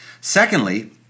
Secondly